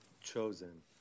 chosen